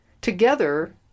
Together